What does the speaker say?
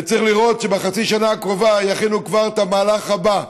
צריך לראות שבחצי השנה הקרובה יכינו כבר את המהלך הבא,